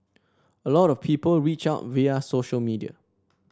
a lot of people reach out via social media